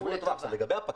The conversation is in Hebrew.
לגבי הפקיד,